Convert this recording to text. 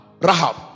Rahab